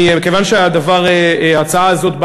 מכיוון שההצעה הזאת,